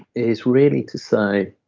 is really to say,